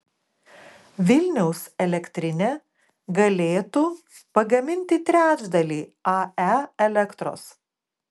vilniaus elektrinė galėtų pagaminti trečdalį ae elektros